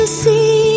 see